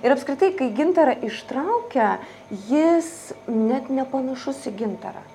ir apskritai kai gintarą ištraukia jis net nepanašus į gintarą